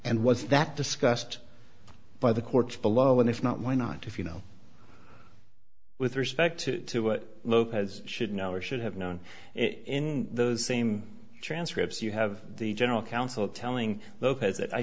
and was that discussed by the courts below and if not why not if you know with respect to what lopez should know or should have known in those same transcripts you have the general counsel telling